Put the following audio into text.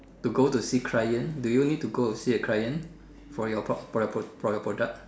to go see client do you need to go to see a client for you pro~ for your pro~ for your product